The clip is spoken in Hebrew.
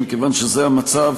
ומכיוון שזה המצב,